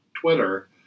Twitter